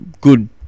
good